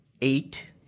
eight